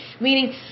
meaning